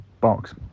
box